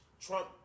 Trump